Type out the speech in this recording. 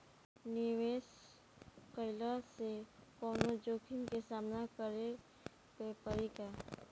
निवेश कईला से कौनो जोखिम के सामना करे क परि का?